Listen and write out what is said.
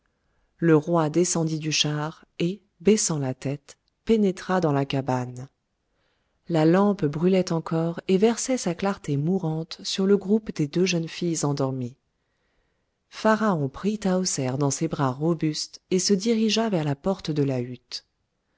le roi descendit du char et baissant la tête pénétra dans la cabane la lampe brûlait encore et versait sa clarté mourante sur le groupe des deux jeunes filles endormies pharaon prit tahoser dans ses bras robustes et se dirigea vers la porte de la hutte